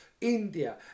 india